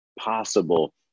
possible